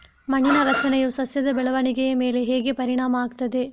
ಮಣ್ಣಿನ ರಚನೆಯು ಸಸ್ಯದ ಬೆಳವಣಿಗೆಯ ಮೇಲೆ ಹೇಗೆ ಪರಿಣಾಮ ಆಗ್ತದೆ?